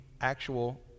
actual